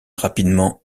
rapidement